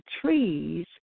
trees